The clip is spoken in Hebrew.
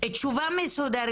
תשובה מסודרת.